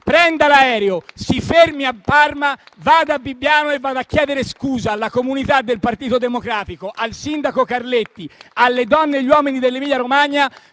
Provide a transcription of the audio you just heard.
prenda l'aereo, si fermi a Parma, vada a Bibbiano e vada a chiedere scusa alla comunità del Partito Democratico, al sindaco Carletti, alle donne e agli uomini dell'Emilia Romagna,